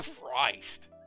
Christ